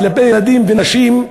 כלפי ילדים ונשים,